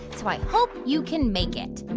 so i hope you can make it.